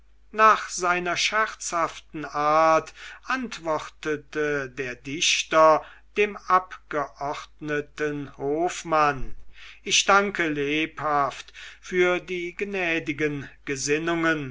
nach seiner scherzhaften art antwortete der dichter dem abgeordneten hofmann ich danke lebhaft für die gnädigen gesinnungen